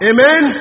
Amen